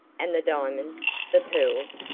and the diamonds the pearls?